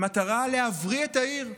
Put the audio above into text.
במטרה להבריא את העיר,